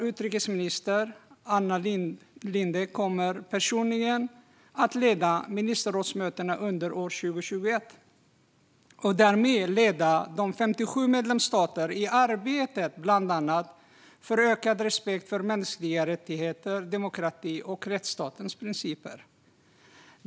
Utrikesminister Ann Linde kommer personligen att leda ministerrådsmötena under 2021 och därmed leda de 57 medlemsstaterna i arbetet för bland annat ökad respekt för mänskliga rättigheter, demokrati och rättsstatens principer.